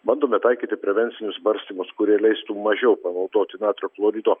bandome taikyti prevencinius barstymus kurie leistų mažiau panaudoti natrio chlorido